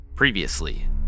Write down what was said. Previously